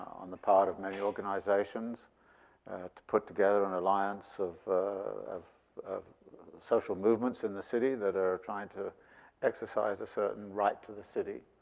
on the part of many organizations to put together an alliance of of social movements in the city that are trying to exercise a certain right to the city,